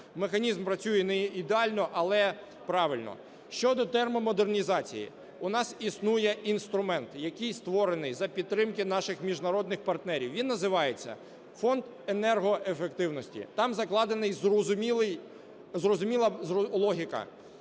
Механізм працює не ідеально, але правильно. Щодо термомодернізації. У нас існує інструмент, який створений за підтримки наших міжнародних партнерів. Він називається Фонд енергоефективності. Там закладена зрозуміла логіка: